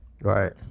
Right